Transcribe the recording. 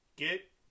Get